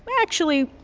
actually,